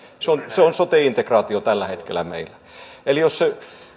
se on sote integraatio tällä hetkellä meillä jos se